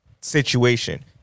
situation